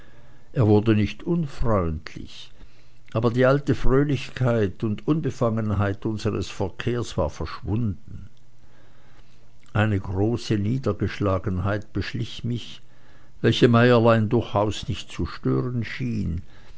er wurde nicht unfreundlich aber die alte fröhlichkeit und unbefangenheit unseres verkehres war verschwunden eine große niedergeschlagenheit beschlich mich welche meierlein durchaus nicht zu stören schien